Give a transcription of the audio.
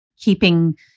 keeping